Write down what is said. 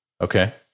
Okay